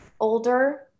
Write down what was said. older